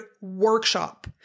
workshop